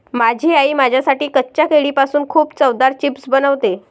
माझी आई माझ्यासाठी कच्च्या केळीपासून खूप चवदार चिप्स बनवते